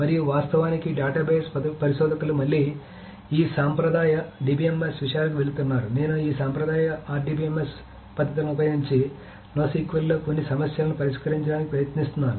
మరియు వాస్తవానికి డేటాబేస్ పరిశోధకులు మళ్లీ ఈ సాంప్రదాయ DBMS విషయాలకు వెళుతున్నారు నేను ఈ సంప్రదాయ RDBMS పద్ధతులను ఉపయోగించి NoSQL లో కొన్ని సమస్యలను పరిష్కరించడానికి ప్రయత్నిస్తున్నాను